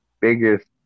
biggest